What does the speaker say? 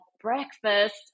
breakfast